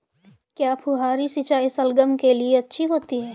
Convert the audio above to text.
क्या फुहारी सिंचाई शलगम के लिए अच्छी होती है?